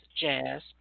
Jazz